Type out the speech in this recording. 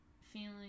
feeling